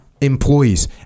employees